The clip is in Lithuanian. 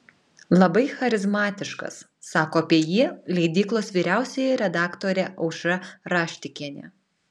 labai charizmatiškas sako apie jį leidyklos vyriausioji redaktorė aušra raštikienė